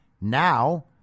Now